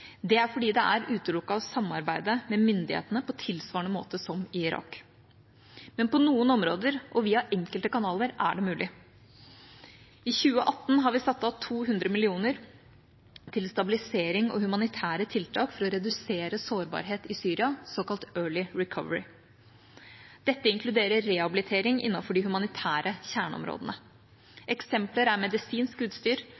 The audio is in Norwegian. Det er fordi det er utelukket å samarbeide med myndighetene på tilsvarende måte som i Irak. Men på noen områder og via enkelte kanaler er det mulig. I 2018 har vi satt av 200 mill. kr til stabilisering og humanitære tiltak for å redusere sårbarhet i Syria – såkalt early recovery. Dette inkluderer rehabilitering innenfor de humanitære kjerneområdene. Eksempler er medisinsk utstyr,